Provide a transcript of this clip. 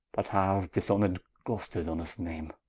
that hath dis-honored glosters honest name